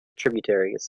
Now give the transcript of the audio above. tributaries